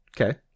Okay